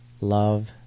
love